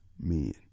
men